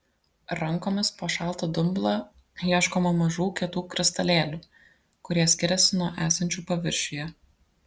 rankomis po šaltą dumblą ieškoma mažų kietų kristalėlių kurie skiriasi nuo esančių paviršiuje